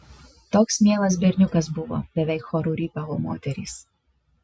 toks mielas berniukas buvo beveik choru rypavo moterys